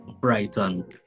Brighton